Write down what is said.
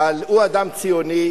אבל הוא אדם ציוני,